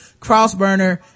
crossburner